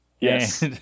Yes